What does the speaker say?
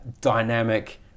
dynamic